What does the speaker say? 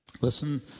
Listen